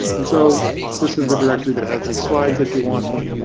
and so this is the directory that has these slides if you want them,